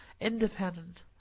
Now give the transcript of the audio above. independent